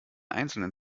einzelnen